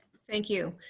thank you.